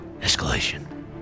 Escalation